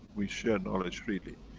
we share knowledge freely.